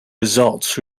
results